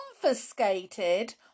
confiscated